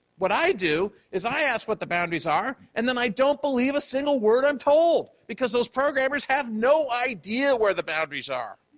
what i do is i ask what the boundaries are and then i don't believe a single word i'm told because those programmers have no idea where the boundaries are.